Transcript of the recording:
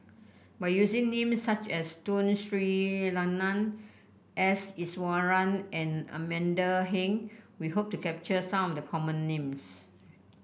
by using names such as Tun Sri Lanang S Iswaran and Amanda Heng we hope to capture some of the common names